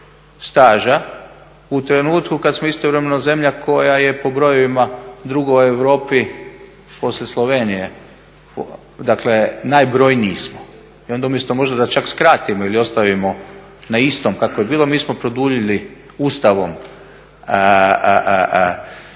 staža u trenutku kada smo istovremeno zemlja koja je po brojevima druga u Europi poslije Slovenije dakle najbrojniji smo. I onda umjesto možda da čak skratimo ili ostavimo na istom kako je bilo, mi smo produljili Ustavom